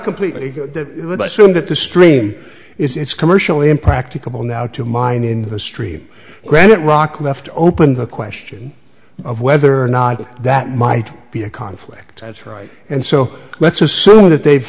completely so that the stream is it's commercially impracticable now to mine in the stream granite rock left open the question of whether or not that might be a conflict that's right and so let's assume that they've